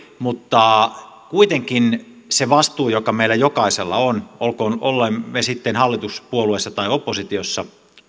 mutta kuitenkin se vastuu joka meillä jokaisella on olemme sitten hallituspuolueessa tai oppositiossa